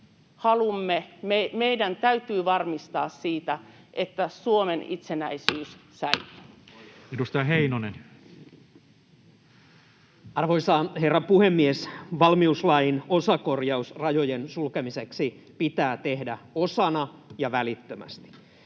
meidän täytyy varmistaa se, että Suomen itsenäisyys säilyy. Edustaja Heinonen. Arvoisa herra puhemies! Valmiuslain osakorjaus rajojen sulkemiseksi pitää tehdä osana ja välittömästi.